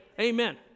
Amen